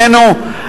שנינו,